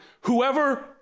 Whoever